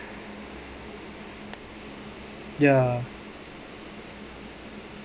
ya